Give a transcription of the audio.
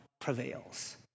prevails